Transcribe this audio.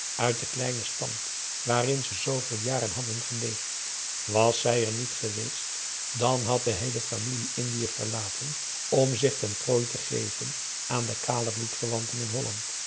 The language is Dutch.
uit den kleinen stand waarin ze zooveel jaren hadden geleefd was zij er niet geweest dan had de heele familie indië verlaten om zich ten prooi te geven aan de kale bloedverwanten in holland